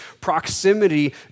proximity